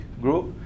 group